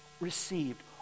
received